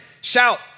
Shout